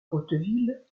hauteville